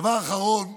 דבר אחרון,